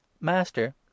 Master